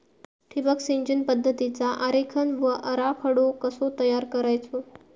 ठिबक सिंचन पद्धतीचा आरेखन व आराखडो कसो तयार करायचो?